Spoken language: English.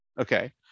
Okay